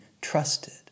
trusted